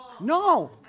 No